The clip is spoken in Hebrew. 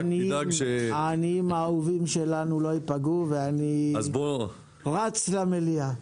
אני רוצה שהעניים האהובים שלנו לא ייפגעו ואז אני רץ למליאה.